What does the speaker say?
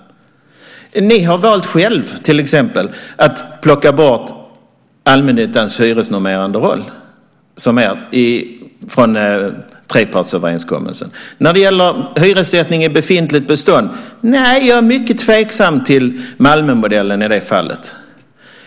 Ni har själva till exempel valt att plocka bort allmännyttans hyresnormerande roll från trepartsöverenskommelsen. När det gäller hyressättningen i befintligt bestånd är jag mycket tveksam till Malmömodellen.